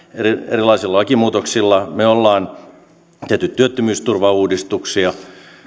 erilaisilla lakimuutoksilla me olemme tehneet työttömyysturvauudistuksia